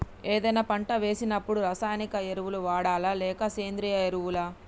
ఏదైనా పంట వేసినప్పుడు రసాయనిక ఎరువులు వాడాలా? లేక సేంద్రీయ ఎరవులా?